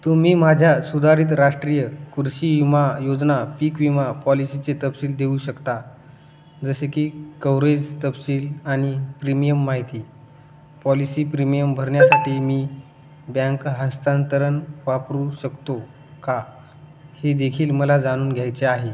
तुम्ही माझ्या सुधारित राष्ट्रीय कृषी विमा योजना पीक विमा पॉलिसीचे तपशील देऊ शकता जसे की कव्हरेज तपशील आणि प्रीमियम माहिती पॉलिसी प्रीमियम भरण्या साठी मी ब्यांक हस्तांतरण वापरू शकतो का हेदेखील मला जाणून घ्यायचे आहे